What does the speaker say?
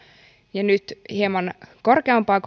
ja nyt hieman korkeampaa